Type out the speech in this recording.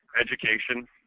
education